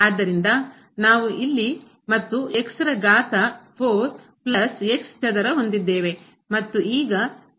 ಆದ್ದರಿಂದ ನಾವು ಇಲ್ಲಿ ಮತ್ತು ಘಾತ ಚದರ ಹೊಂದಿದ್ದೇವೆ